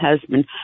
husband